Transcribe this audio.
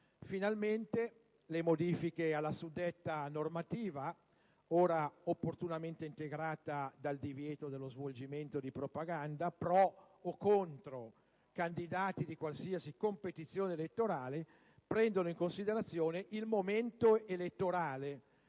Finalmente le modifiche alla suddetta normativa, ora opportunamente integrata dal divieto dello svolgimento di propaganda pro o contro candidati di qualsiasi competizione elettorale, prendono in considerazione il momento elettorale,